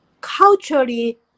culturally